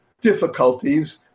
difficulties